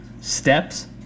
steps